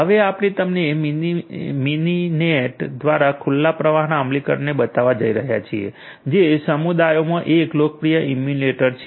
હવે આપણે તમને મિનિનેટ દ્વારા ખુલ્લા પ્રવાહના અમલીકરણને બતાવવા જઈ રહ્યા છીએ જે સમુદાયમાં એક લોકપ્રિય ઇમ્યુલેટર છે